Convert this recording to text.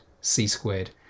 C-squared